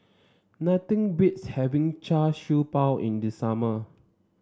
nothing beats having Char Siew Bao in the summer